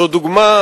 זו דוגמה,